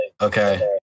okay